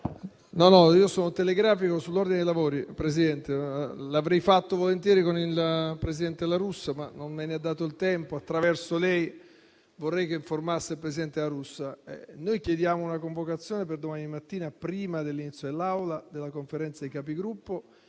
Presidente, sarò telegrafico sull'ordine dei lavori. L'avrei fatto volentieri con il presidente La Russa, ma non me ne ha dato il tempo. Vorrei che informasse il presidente La Russa che chiediamo una convocazione per domani mattina, prima dell'inizio dell'Aula, della Conferenza dei Capigruppo,